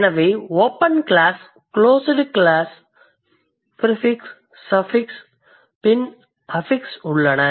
எனவே open class closed class prefix suffix பின் affix உள்ளன